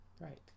Right